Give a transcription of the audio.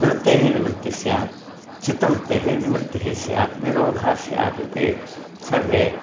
वृत्तेः निवृत्तिस्स्यात् चित्तवृत्तेः निवृत्तिः स्यात् निरोधस्स्यात् इति सर्वे